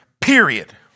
period